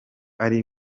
ari